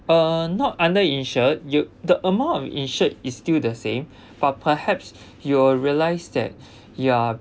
uh not underinsured you the amount of insured is still the same but perhaps you will realise that you are